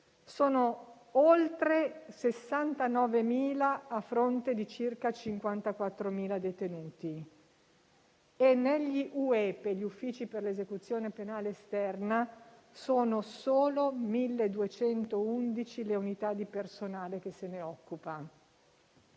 Sono oltre 69.000, a fronte di circa 54.000 detenuti. E negli UEPE, gli uffici per l'esecuzione penale esterna, sono solo 1211 le unità di personale che se ne occupano.